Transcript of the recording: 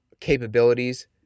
capabilities